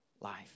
life